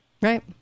Right